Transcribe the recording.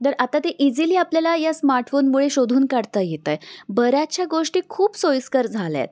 तर आता ते इझिली आपल्याला या स्मार्टफोनमुळे शोधून काढता येतं आहे बऱ्याचशा गोष्टी खूप सोयीस्कर झाल्या आहेत